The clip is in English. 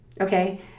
okay